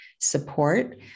support